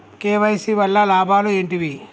KYC వల్ల లాభాలు ఏంటివి?